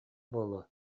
буолуо